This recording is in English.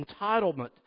entitlement